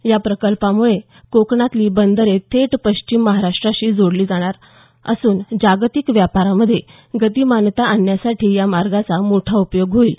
या प्रकल्पामुळे कोकणातली बंदरे थेट पश्चिम महाराष्ट्राशी जोडली जाणार असून जागतिक व्यापारामध्ये गतिमानता आणण्यासाठी या मार्गाचा मोठा उपयोग होईल